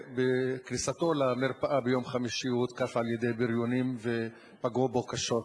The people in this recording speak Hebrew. ובכניסתו למרפאה ביום חמישי הוא הותקף על-ידי בריונים שפגעו בו קשות.